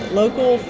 local